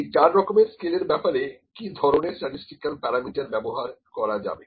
এই চার রকমের স্কেল এর ব্যাপারে কি ধরনের স্ট্যাটিসটিক্যাল প্যারামিটার ব্যবহার করা যাবে